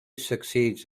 succeeds